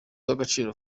w’agaciro